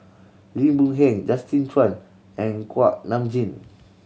Lim Boon Heng Justin Zhuang and Kuak Nam Jin